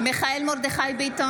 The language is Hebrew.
(קוראת בשמות חברי הכנסת) מיכאל מרדכי ביטון,